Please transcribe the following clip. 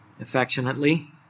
affectionately